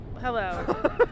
Hello